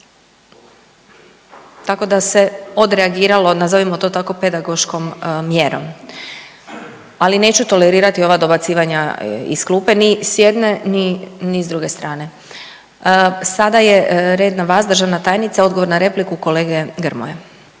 Tako da se odreagiralo nazovimo to tako pedagoškom mjerom, ali neću tolerirati ova dobacivanja iz klupe ni s jedne, ni s druge strane. Sada je red na vas državna tajnice, odgovor na repliku na